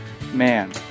man